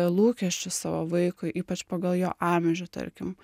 lūkesčius savo vaikui ypač pagal jo amžių tarkim